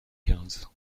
quinze